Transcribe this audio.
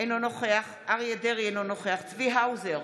אינו נוכח אריה מכלוף דרעי, אינו נוכח צבי האוזר,